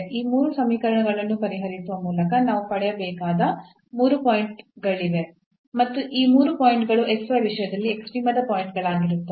ಈ 3 ಸಮೀಕರಣಗಳನ್ನು ಪರಿಹರಿಸುವ ಮೂಲಕ ನಾವು ಪಡೆಯಬೇಕಾದ ಮೂರು ಪಾಯಿಂಟ್ ಗಳಿವೆ ಮತ್ತು ಆ ಪಾಯಿಂಟ್ ಗಳು ವಿಷಯದಲ್ಲಿ ಎಕ್ಸ್ಟ್ರೀಮದ ಪಾಯಿಂಟ್ ಗಳಾಗಿರುತ್ತವೆ